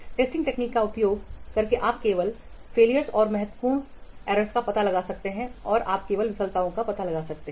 testing तकनीक का उपयोग करके आप केवल विफलताओं और महत्वपूर्ण का पता लगा सकते हैं और आप केवल विफलताओं का पता लगा सकते हैं